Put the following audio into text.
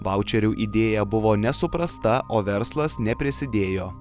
vaučerių idėja buvo nesuprasta o verslas neprisidėjo